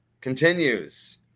continues